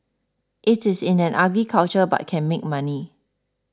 it is in an ugly culture but can make money